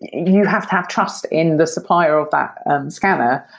you have to have trust in the supplier of that scanner.